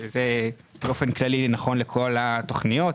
זה באופן כללי נכון לכל התוכניות.